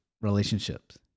relationships